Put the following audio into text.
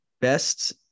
Best